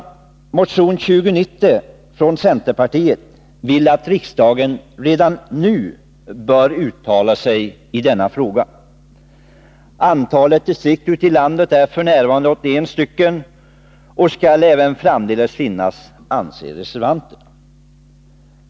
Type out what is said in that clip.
I motion 2090 från centerpartiet vill man att riksdagen redan nu skall uttala sig i denna fråga. Antalet distrikt ute i landet är f. n. 81, och dessa distrikt bör även framdeles finnas, anser reservanterna.